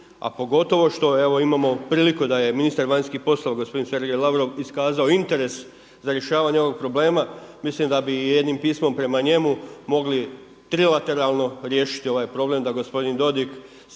A pogotovo što imamo priliku da je ministar vanjskih poslova gospodin Sergej Lavrov iskazao interes za rješavanje ovog problema. Mislim da bi jednim pismom prema njemu mogli trilateralno riješiti ovaj problem da gospodin Dodig osim